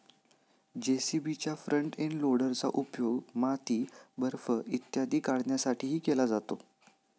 जे.सी.बीच्या front end लोडरचा उपयोग माती, बर्फ इत्यादी काढण्यासाठीही केला जातो